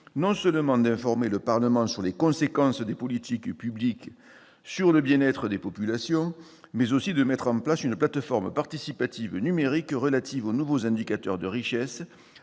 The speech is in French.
non seulement d'informer le Parlement des conséquences des politiques publiques sur le bien-être des populations, mais aussi de mettre en place une plateforme participative numérique relative aux « nouveaux indicateurs de richesse